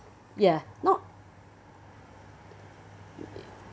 ya not